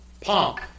pomp